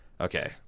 Okay